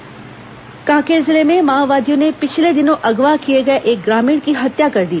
माओवादी वारदात कांकेर जिले में माओवादियों ने पिछले दिनों अगवा किए गए एक ग्रामीण की हत्या कर दी